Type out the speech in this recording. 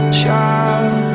child